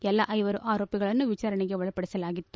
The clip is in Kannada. ಎಲ್ಲಾ ಐವರು ಆರೋಪಿಗಳನ್ನು ವಿಚಾರಣೆಗೆ ಒಳಪಡಿಸಲಾಗಿತ್ತು